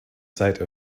site